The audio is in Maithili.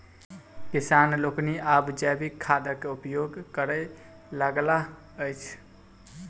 किसान लोकनि आब जैविक खादक उपयोग करय लगलाह अछि